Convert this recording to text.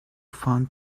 found